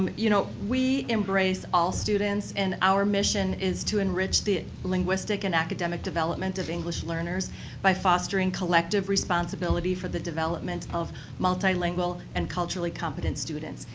um you know, we embrace all students and our mission is to enrich the linguistic and academic development of english learners by fostering collective responsibility for the development of multilingual and culturally competent students.